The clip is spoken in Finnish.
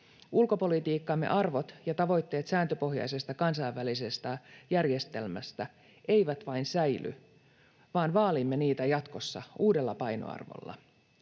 Ulkopolitiikkamme arvot ja tavoitteet sääntöpohjaisesta kansainvälisestä järjestelmästä eivät vain säily, vaan vaalimme niitä jatkossa uudella painoarvolla.